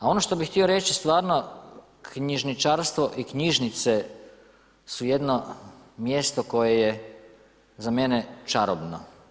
A, ono što bih htio reći stvarno, knjižničarstvo i knjižnice su jedno mjesto koje za mene čarobno.